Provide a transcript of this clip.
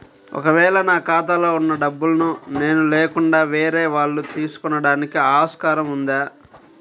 ఒక వేళ నా ఖాతాలో వున్న డబ్బులను నేను లేకుండా వేరే వాళ్ళు తీసుకోవడానికి ఆస్కారం ఉందా?